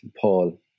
Paul